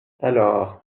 alors